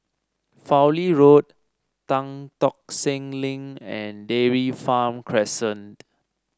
Fowlie Road Tan Tock Seng Link and Dairy Farm Crescent